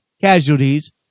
casualties